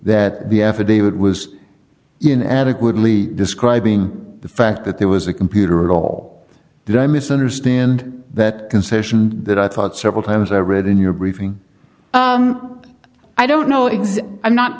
that the affidavit was in adequately describing the fact that there was a computer at all did i misunderstand that concession that i thought several times i read in your briefing i don't know igs i'm not